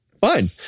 Fine